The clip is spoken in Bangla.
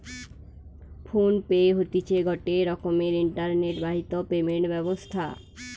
ফোন পে হতিছে গটে রকমের ইন্টারনেট বাহিত পেমেন্ট ব্যবস্থা